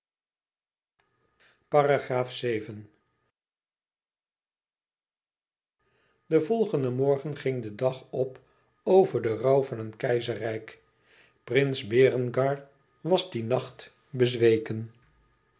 den volgenden morgen ging de dag op over den rouw van een keizerrijk prins berengar was in dien nacht bezweken